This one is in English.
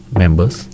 members